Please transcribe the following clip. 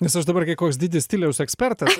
nes aš dabar kai koks didis stiliaus ekspertas